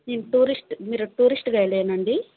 మీరు టూరిస్ట్ మీరు tourist guide అండి